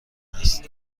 هست